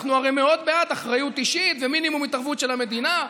הרי אנחנו מאוד בעד אחריות אישית ומינימום התערבות של המדינה.